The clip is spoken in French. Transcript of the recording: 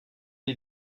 est